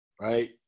right